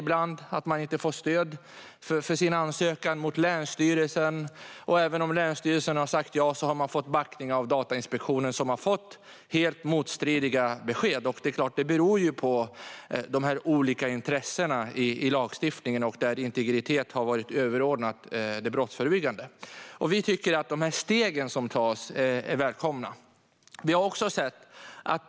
Man har inte fått stöd för sin ansökan hos länsstyrelsen. Även om länsstyrelsen har sagt ja har man fått backning av Datainspektionen. Man har alltså fått helt motstridiga besked beroende på de olika intressena i lagstiftningen där integriteten har varit överordnad det brottsförebyggande. Vi tycker att de steg som nu tas är välkomna.